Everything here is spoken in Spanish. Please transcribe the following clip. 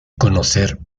conocer